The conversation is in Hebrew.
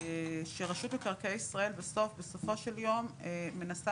כשרשות מקרקעי ישראל בסופו של יום מנסה